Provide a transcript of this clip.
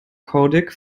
codec